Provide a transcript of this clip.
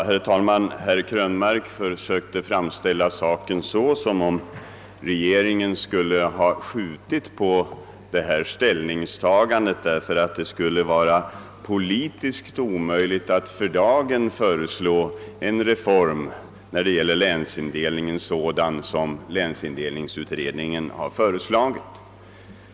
Herr talman! Herr Krönmark försökte framställa saken så att regeringen skulle ha skjutit upp sitt ställningstagande därför att det skulle vara politiskt omöjligt att för dagen genomföra en sådan reform som angivits av länsindelningsutredningen.